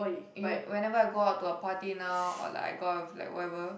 you whenever I go out to a party now or like I got with like whoever